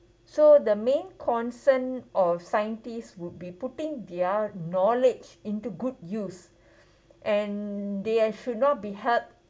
so the main concern of scientists would be putting their knowledge into good use and they should not be held